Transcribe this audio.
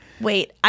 Wait